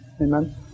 amen